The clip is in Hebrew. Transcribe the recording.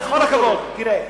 בכל הכבוד, תראה,